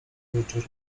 rzeczy